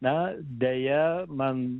na deja man